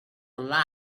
lie